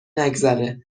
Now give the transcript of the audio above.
نگذره